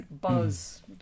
buzz